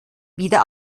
wieder